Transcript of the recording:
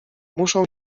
muszą